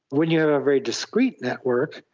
when you have a very discrete network,